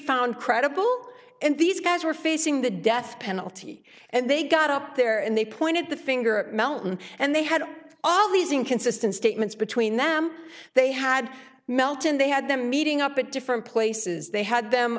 found credible and these guys were facing the death penalty and they got up there and they pointed the finger at mountain and they had all these inconsistent statements between them they had melton they had them meeting up at different places they had them